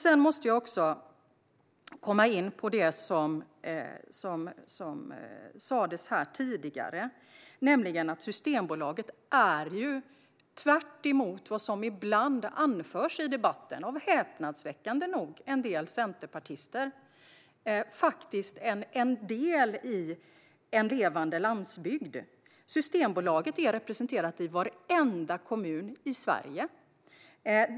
Sedan måste jag komma in på det som sas här tidigare, nämligen att Systembolaget faktiskt är, tvärtemot vad som ibland anförs i debatten, häpnadsväckande nog av en del centerpartister, en del i en levande landsbygd. Systembolaget är representerat i varenda kommun i Sverige.